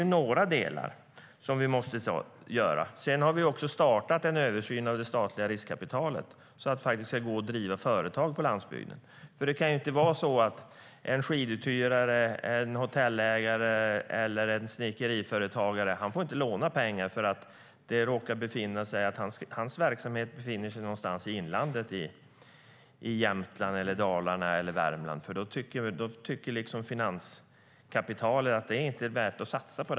Det är en del av det vi måste göra. Vi har också startat en översyn av det statliga riskkapitalet så att det ska gå att driva företag på landsbygden. Det kan inte vara så att en skiduthyrare, en hotellägare eller en snickeriföretagare inte får låna pengar för att verksamheten befinner sig i inlandet i Jämtland, Dalarna eller Värmland, för då tycker finanskapitalet att det inte är värt att satsa på.